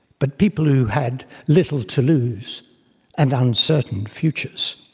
but people who had little to lose and uncertain futures.